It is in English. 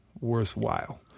worthwhile